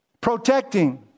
Protecting